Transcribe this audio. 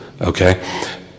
Okay